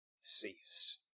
cease